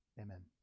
Amen